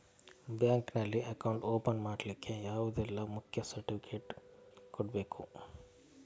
Bank ನಲ್ಲಿ account open ಮಾಡ್ಲಿಕ್ಕೆ ಯಾವುದೆಲ್ಲ ಮುಖ್ಯ ಸರ್ಟಿಫಿಕೇಟ್ ಕೊಡ್ಬೇಕು?